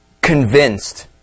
convinced